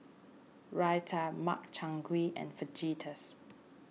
Raita Makchang Gui and Fajitas